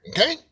Okay